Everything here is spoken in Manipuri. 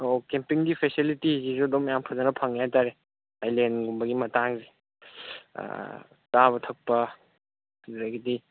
ꯑꯣꯀꯦ ꯀꯦꯝꯄꯤꯡꯒꯤ ꯐꯦꯁꯤꯂꯤꯇꯤꯁꯤꯁꯨ ꯑꯗꯨꯝ ꯌꯥꯝ ꯐꯖꯅ ꯐꯪꯏ ꯍꯥꯏꯇꯔꯦ ꯑꯥꯏꯂꯦꯟꯒꯨꯝꯕꯒꯤ ꯃꯇꯥꯡꯁꯦ ꯆꯥꯕ ꯊꯛꯄ ꯑꯗꯒꯤꯗꯤ